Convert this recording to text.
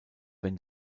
wenn